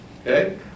okay